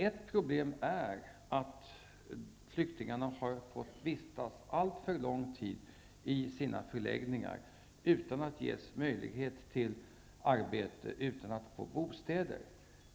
Ett problem är att flyktingarna har fått vistas alltför lång tid i sina förläggningar utan att ges möjlighet till arbete och utan att få bostäder.